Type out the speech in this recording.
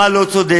מה לא צודק,